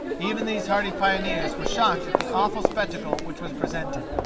even these hardy pioneers were shocked at the awful spectacle which was presented.